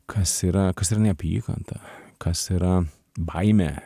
kas yra kas yra neapykanta kas yra baimė